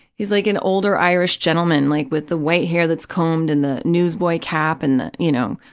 he's like an older irish gentleman, like with the white hair that's combed and the newsboy cap and the, you know,